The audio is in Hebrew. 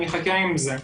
אני אחכה עם זה.